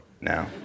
now